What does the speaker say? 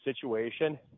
situation